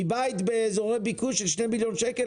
האם אני צריך הנחה מבית באזורי ביקוש של 2 מיליון שקל?